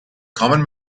common